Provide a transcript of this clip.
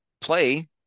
play